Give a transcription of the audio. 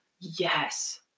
Yes